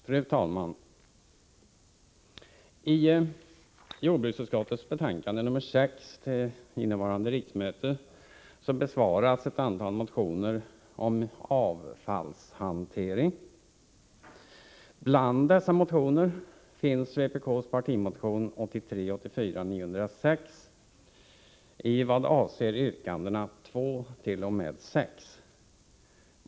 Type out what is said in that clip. Fru talman! I jordbruksutskottets betänkande nr6 till innevarande riksmöte besvaras ett antal motioner om avfallshantering. Bland dessa motioner finns vpk:s partimotion 1983/84:906 i vad avser yrkandena nr 2—6.